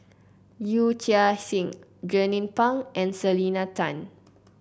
Yee Chia Hsing Jernnine Pang and Selena Tan